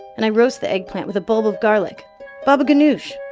and i roast the eggplant with a bowl of garlic baba ghanoush.